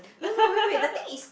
no no wait wait the things is